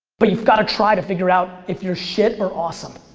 but you've gotta try to figure out if you're shit or awesome.